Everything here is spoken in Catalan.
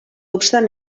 obstant